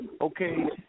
okay